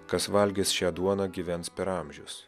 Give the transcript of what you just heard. kas valgys šią duoną gyvens per amžius